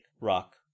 rock